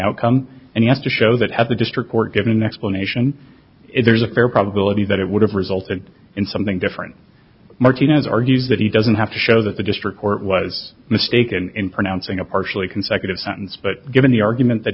outcome and yet to show that had the district court given an explanation if there is a fair probability that it would have resulted in something different martinez argues that he doesn't have to show that the district court was mistaken in pronouncing a partially consecutive sentence but given the argument that